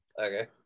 okay